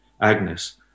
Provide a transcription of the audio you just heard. Agnes